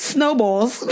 Snowballs